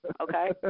okay